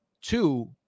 Two